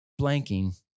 blanking